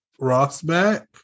Rossback